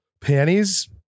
Panties